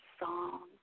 song